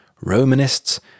Romanists